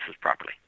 properly